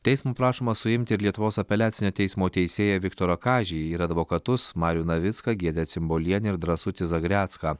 teism prašoma suimti ir lietuvos apeliacinio teismo teisėją viktorą kažį ir advokatus marių navicką giedrę cimbolienę ir drąsutį zagrecką